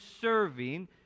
serving